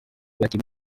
bati